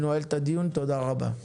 הישיבה ננעלה, תודה רבה.